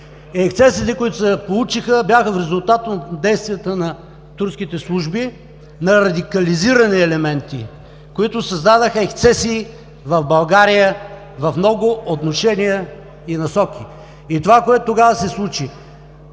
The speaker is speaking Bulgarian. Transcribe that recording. ексцесиите, които се получиха, бяха в резултат на действията на турските служби, на радикализирани елементи, които създадоха ексцесии в България в много отношения и насоки. Това, което тогава се случи,